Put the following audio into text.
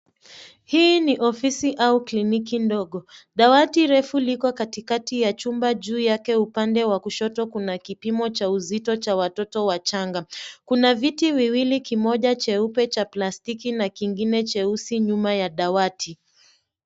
Hii ni ofisi au kliniki ndogo. Dawati refu liko katikati ya chumba. Juu yake upande wa kushoto kuna kipimo cha uzito cha watoto wachanga. Kuna viti viwili kimoja cheupe cha plastiki na kingine cheusi nyuma ya dawati.